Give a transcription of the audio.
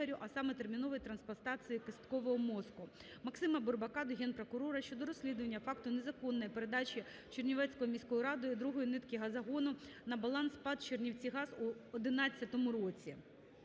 а саме, терміновій трансплантації кісткового мозку. Максима Бурбака до Генпрокурора щодо розслідування факту незаконної передачі Чернівецькою міською радою другої нитки газогону на баланс ПАТ "Чернівцігаз" у 11-му році.